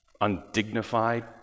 undignified